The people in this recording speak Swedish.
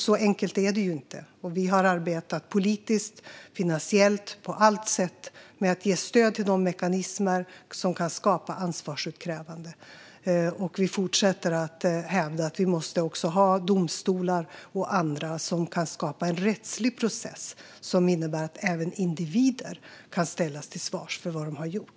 Så enkelt är det inte. Vi har arbetat politiskt och finansiellt, på alla sätt, med att ge stöd till de mekanismer som kan skapa ansvarsutkrävande. Och vi fortsätter hävda att vi måste ha domstolar och andra som kan skapa en rättslig process som innebär att även individer kan ställas till svars för vad de har gjort.